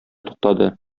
туктады